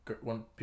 One